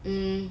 mm